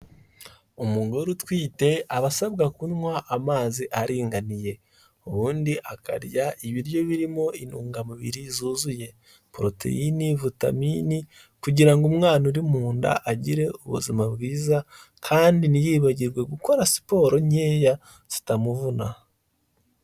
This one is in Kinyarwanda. Umugore utwite aba asabwa kunywa amazi aringaniye, ubundi akarya ibiryo birimo intungamubiri zuzuye, poroteyine, vitamini, kugira ngo umwana uri mu nda agire ubuzima bwiza kandi ntiyibagirwe gukora siporo nkeya zitamuvuna.